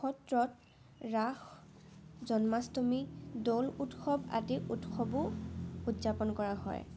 সত্ৰত ৰাস জন্মাষ্টমী দৌল উৎসৱ আদি উৎসৱো উদযাপন কৰা হয়